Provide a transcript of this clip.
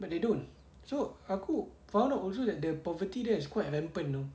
but they don't so aku found out also that the poverty there is quite rampant know